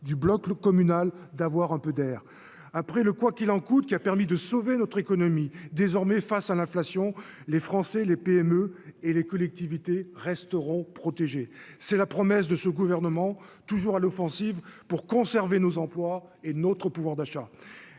du bloc le communal d'avoir un peu d'air après le quoi qu'il en coûte, qui a permis de sauver notre économie désormais face à l'inflation, les Français, les PME et les collectivités resteront protégés, c'est la promesse de ce gouvernement, toujours à l'offensive pour conserver nos emplois et notre pouvoir d'achat